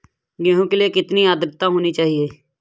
गेहूँ के लिए कितनी आद्रता होनी चाहिए?